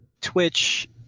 Twitch